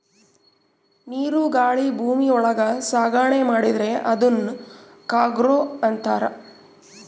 ನೀರು ಗಾಳಿ ಭೂಮಿ ಒಳಗ ಸಾಗಣೆ ಮಾಡಿದ್ರೆ ಅದುನ್ ಕಾರ್ಗೋ ಅಂತಾರ